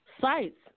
sites